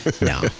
No